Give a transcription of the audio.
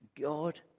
God